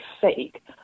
fake